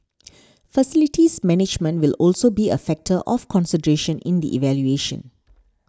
facilities management will also be a factor of consideration in the evaluation